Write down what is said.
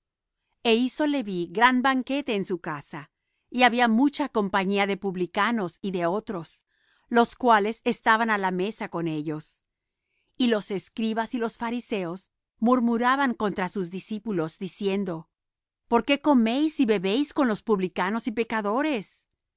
e hizo leví gran banquete en su casa y había mucha compañía de publicanos y de otros los cuales estaban á la mesa con ellos y los escribas y los fariseos murmuraban contra sus discípulos diciendo por qué coméis y bebéis con los publicanos y pecadores